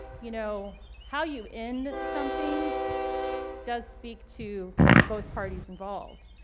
you know, how you end something does speak to both parties involved.